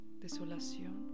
desolación